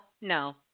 no